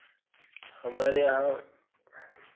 हमारे यहाँ